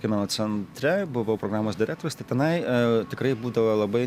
kino centre buvau programos direktorius tai tenai a tikrai būdavo labai